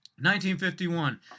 1951